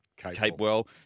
Capewell